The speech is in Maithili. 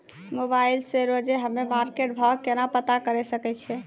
मोबाइल से रोजे हम्मे मार्केट भाव केना पता करे सकय छियै?